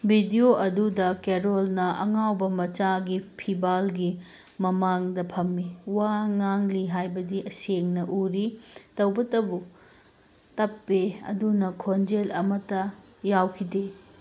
video ꯑꯗꯨꯗ ꯀꯦꯔꯣꯜꯅ ꯑꯉꯥꯎꯕ ꯃꯆꯥꯒꯤ ꯐꯤꯕꯥꯜꯒꯤ ꯃꯃꯥꯡꯗ ꯐꯝꯃꯤ ꯋꯥ ꯉꯥꯡꯂꯤ ꯍꯥꯏꯕꯗꯤ ꯁꯦꯡꯅ ꯎꯔꯤ ꯇꯧꯕꯇꯕꯨ ꯇꯞꯄꯤ ꯑꯗꯨꯅ ꯈꯣꯟꯖꯦꯜ ꯑꯃꯠꯇ ꯌꯥꯎꯈꯤꯗꯦ